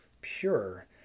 pure